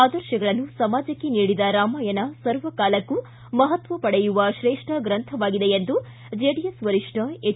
ಆದರ್ಶಗಳನ್ನು ಸಮಾಜಕ್ಕೆ ನೀಡಿದ ರಾಮಾಯಣ ಸರ್ವಕಾಲಕ್ಕೂ ಮಹತ್ವ ಪಡೆಯುವ ಶ್ರೇಷ್ಠ ಗ್ರಂಥವಾಗಿದೆ ಎಂದು ಜೆಡಿಎಸ್ ವರಿಷ್ಠ ಎಚ್